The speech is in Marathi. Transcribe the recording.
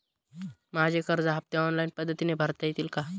माझे कर्ज हफ्ते ऑनलाईन पद्धतीने भरता येतील का?